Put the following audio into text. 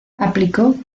aplicó